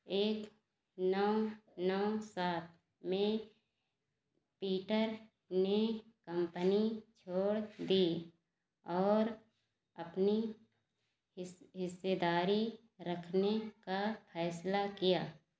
एक नौ नौ सात में पीटर ने कम्पनी छोड़ दी और अपनी हिस्सेदारी रखने का फैसला किया